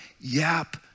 yap